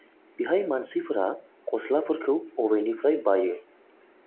बेहाय मानसिफोरा गसलाफोरखौ बबेनिफ्राय बायो